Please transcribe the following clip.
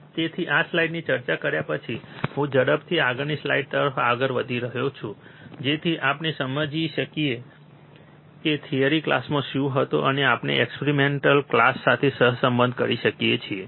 તેથી આ સ્લાઇડની ચર્ચા કર્યા પછી હું ઝડપથી આગળની સ્લાઇડ તરફ આગળ વધી રહ્યો છું જેથી આપણે સમજીએ કે થિયરી ક્લાસ શું હતો અને આપણે એક્સપેરિમેન્ટલ ક્લાસ સાથે સહસંબંધ કરી શકીએ છીએ